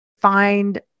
find